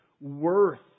worth